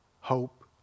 hope